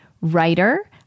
writer